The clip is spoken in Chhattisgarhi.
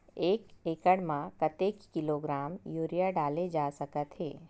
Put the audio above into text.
एक एकड़ म कतेक किलोग्राम यूरिया डाले जा सकत हे?